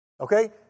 Okay